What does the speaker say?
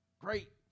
great